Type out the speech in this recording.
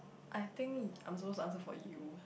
I think I'm so answer for you